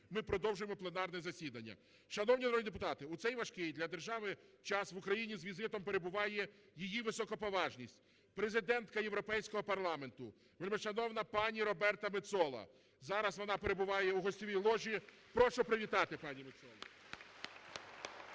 ми продовжуємо пленарне засідання. Шановні народні депутати, у цей важкий для держави час в Україні з візитом перебуває Її високоповажність Президентка Європейського парламенту вельмишановна пані Роберта Мецола. Зараз вона перебуває у гостьовій ложі. Прошу привітати пані Мецолу.